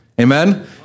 Amen